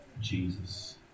Jesus